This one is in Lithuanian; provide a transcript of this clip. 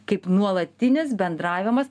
kaip nuolatinis bendravimas